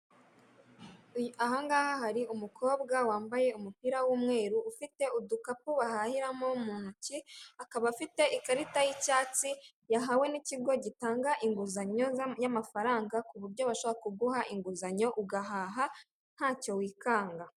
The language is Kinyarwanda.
Ahangaha hari umukobwa wambaye umupira w'umweru ufite udukapu bahahiramo mu ntoki, akaba afite ikarita y'icyatsi yahawe n'ikigo gitanga inguzanyo y'amafaranga, kuburyo bashobora kuguha inguzanyo ugahaha ntacyo wikanga.